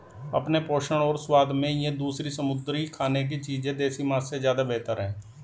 अपने पोषण और स्वाद में ये दूसरी समुद्री खाने की चीजें देसी मांस से ज्यादा बेहतर है